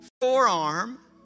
forearm